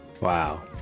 Wow